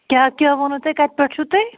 کیٛاہ کیٛاہ ووٚنوٕ تۄہہِ کَتہِ پٮ۪ٹھ چھُو تُہۍ